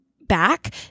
back